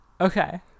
Okay